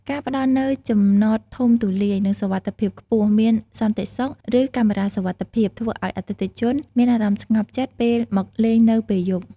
ការផ្តល់នូវ ចំណតធំទូលាយ និង សុវត្ថិភាពខ្ពស់ (មានសន្តិសុខ ឬកាមេរ៉ាសុវត្ថិភាព) ធ្វើឲ្យអតិថិជនមានអារម្មណ៍ស្ងប់ចិត្តពេលមកលេងនៅពេលយប់។